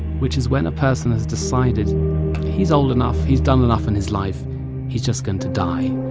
which is when a person has decided he's old enough, he's done enough in his life he's just going to die.